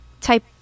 type